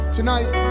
Tonight